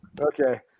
Okay